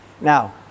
Now